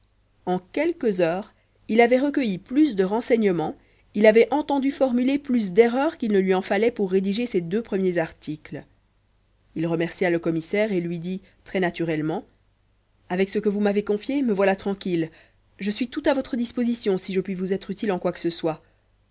en quelques heures il avait recueilli plus de renseignements il avait entendu formuler plus d'erreurs qu'il ne lui en fallait pour rédiger ses deux premiers articles il remercia le commissaire et lui dit très naturellement avec ce que vous m'avez confié me voilà tranquille je suis tout à votre disposition si je puis vous être utile en quoi que ce soit